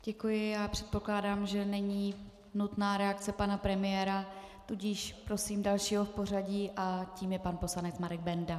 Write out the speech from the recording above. Děkuji a předpokládám, že není nutná reakce pana premiéra, tudíž prosím dalšího v pořadí a tím je pan poslanec Marek Benda.